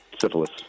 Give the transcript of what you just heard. Syphilis